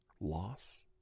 loss